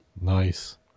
Nice